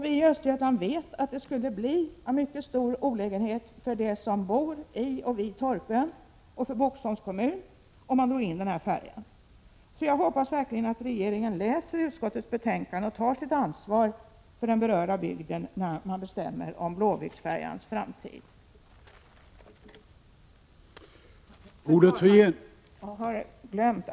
Vi i Östergötland vet att det skulle vara en mycket stor olägenhet för dem som bor på Torpön och för Boxholms kommun, om man drog in den här färjan. Därför hoppas jag verkligen att regeringen läser utskottets betänkande och tar sitt ansvar för den berörda bygden när man bestämmer om Blåviksfärjans framtid. Herr talman!